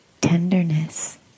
tenderness